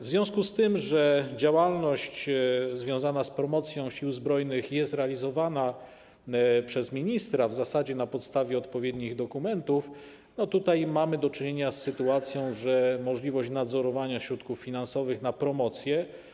W związku z tym, że działalność związana z promocją Sił Zbrojnych jest realizowana przez ministra na podstawie odpowiednich dokumentów, to mamy do czynienia z sytuacją, że możliwość nadzorowania środków finansowych na promocje.